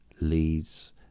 leads